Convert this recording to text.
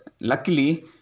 luckily